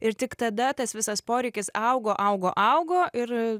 ir tik tada tas visas poreikis augo augo augo ir